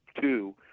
two